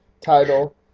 title